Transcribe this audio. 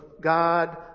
God